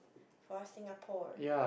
for Singapore